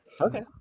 Okay